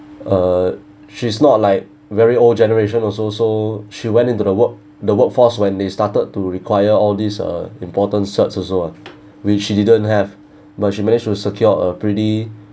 uh she's not like very old generation also so she went into the work the workforce when they started to require all these uh important sets also ah which she didn't have but she managed to secure a pretty